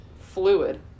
fluid